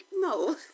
No